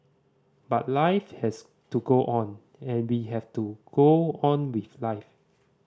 but life has to go on and we have to go on with life